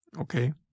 Okay